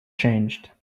changed